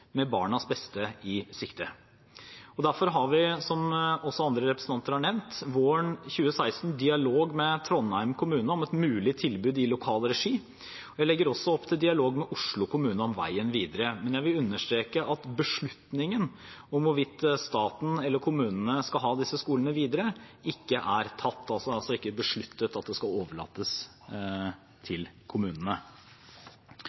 med barnas beste i sikte. Derfor har vi, som også andre representanter har nevnt, våren 2016 en dialog med Trondheim kommune om et mulig tilbud i lokal regi. Jeg legger også opp til dialog med Oslo kommune om veien videre. Men jeg vil understreke at beslutningen om hvorvidt det er staten eller kommunene som skal ha disse skolene videre, ikke er tatt – det er altså ikke besluttet at de skal overlates